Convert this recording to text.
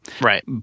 Right